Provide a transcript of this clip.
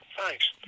Thanks